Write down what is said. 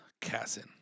Cassin